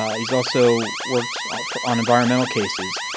ah he's also worked for on environmental cases.